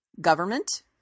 government